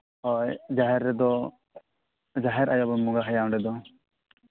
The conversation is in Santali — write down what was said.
ᱦᱳᱭ ᱡᱟᱦᱮᱨ ᱨᱮᱫᱚ ᱡᱟᱦᱮᱨ ᱟᱭᱳ ᱵᱚᱱ ᱵᱚᱸᱜᱟ ᱦᱟᱭᱟ ᱚᱸᱰᱮ ᱫᱚ